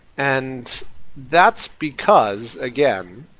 and that's because, again,